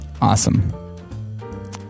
Awesome